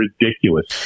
ridiculous